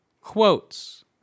quotes